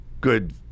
good